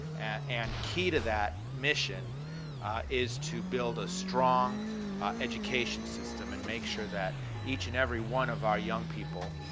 and key to that mission is to build a strong education system and make sure that each and every one of our young people,